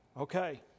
Okay